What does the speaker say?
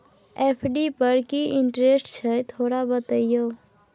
FD पर की interest छय थोरा बतईयो?